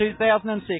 2006